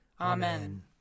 Amen